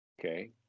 Okay